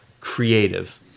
creative